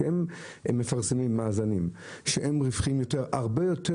וכשהם מפרסמים מאזנים שהם רווחיים הרבה יותר